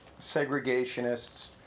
segregationists